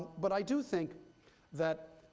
but i do think that